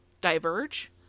diverge